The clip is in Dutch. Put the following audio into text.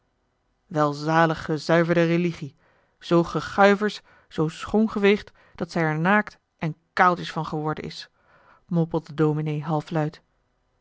beleden welzalige gezuiverde religie zoo gezuiverd zoo schoon geveegd dat zij er naakt en kaaltjes van geworden is mompelde dominé halfluid